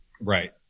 Right